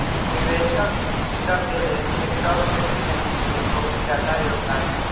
निवेशक स के लेल स्टॉक एक्सचेन्ज के बहुत जादा योगदान हई